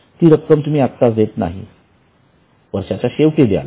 ती रक्कम तुम्ही आत्ताच देत नाहीत वर्षाच्या शेवटी द्याल